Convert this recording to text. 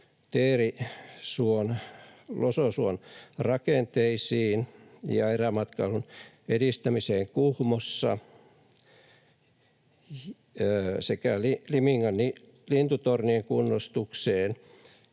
Teerisuon—Lososuon rakenteisiin ja erämatkailun edistämiseen Kuhmossa, Limingan lintutornin kunnostukseen,